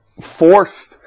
forced